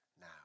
now